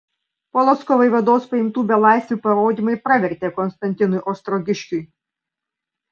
polocko vaivados paimtų belaisvių parodymai pravertė konstantinui ostrogiškiui